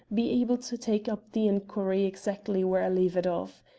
be able to take up the inquiry exactly where i leave it off.